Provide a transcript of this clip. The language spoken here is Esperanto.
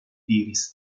diris